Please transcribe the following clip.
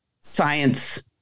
science